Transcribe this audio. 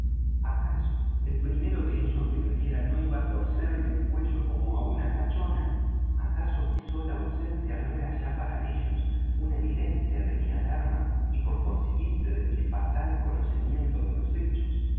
acaso el primero de ellos que me viera no iba á torcerme el cuello como á una agachona acaso mi sola ausencia no era ya para ellos una evidencia de mi alarma y por consiguiente de mi fatal conocimiento de los hechos